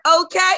Okay